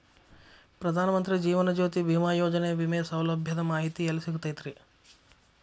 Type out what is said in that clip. ಪ್ರಧಾನ ಮಂತ್ರಿ ಜೇವನ ಜ್ಯೋತಿ ಭೇಮಾಯೋಜನೆ ವಿಮೆ ಸೌಲಭ್ಯದ ಮಾಹಿತಿ ಎಲ್ಲಿ ಸಿಗತೈತ್ರಿ?